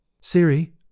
Siri